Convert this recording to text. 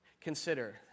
consider